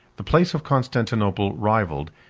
the place of constantinople rivalled,